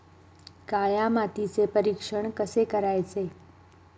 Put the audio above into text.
काळ्या मातीचे परीक्षण कसे करायचे?